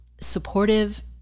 supportive